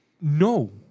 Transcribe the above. No